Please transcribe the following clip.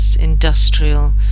Industrial